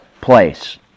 place